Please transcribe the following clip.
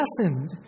lessened